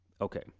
Okay